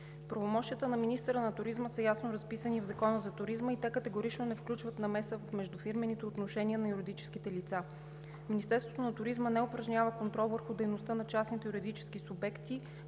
Правомощията на министъра на туризма са ясно разписани в Закона за туризма и те категорично не включват намеса в междуфирмените отношения на юридическите лица. Министерството на туризма не упражнява контрол върху дейността на частните юридически субекти